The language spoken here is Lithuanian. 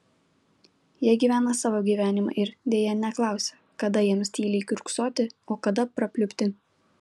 jie gyvena savo gyvenimą ir deja neklausia kada jiems tyliai kiurksoti o kada prapliupti